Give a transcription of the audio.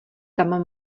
tam